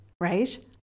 right